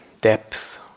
depth